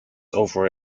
over